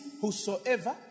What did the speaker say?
whosoever